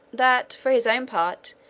that for his own part,